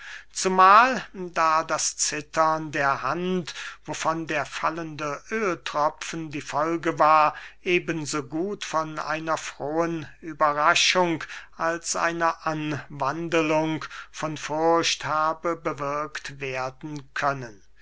zumahl da das zittern der hand wovon der fallende öhltropfen die folge war eben so gut von einer frohen überraschung als einer anwandelung von furcht habe bewirkt werden können